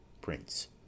Prince